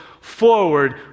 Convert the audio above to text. forward